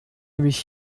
mich